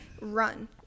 run